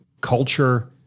Culture